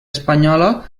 espanyola